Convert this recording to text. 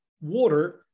water